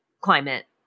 climate